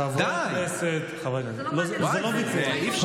חברי הכנסת זה לא מעניין,